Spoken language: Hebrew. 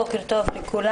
בוקר טוב לכולם.